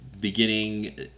beginning